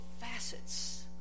facets